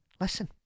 listen